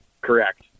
Correct